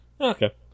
Okay